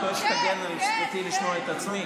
אני רוצה שתגן על זכותי לשמוע את עצמי,